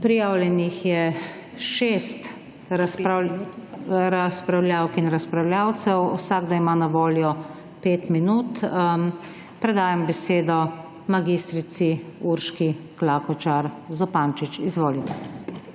Prijavljenih je šest razpravljavk in razpravljavcev. Vsakdo ima na voljo 5 minut. Predajam besedo mag. Urški Klakočar Zupančič. Izvolite.